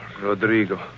Rodrigo